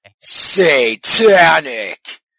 satanic